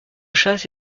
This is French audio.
chasse